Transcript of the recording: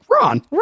Ron